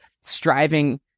striving